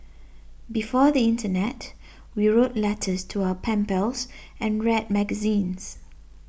before the internet we wrote letters to our pen pals and read magazines